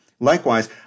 Likewise